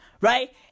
right